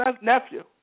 nephew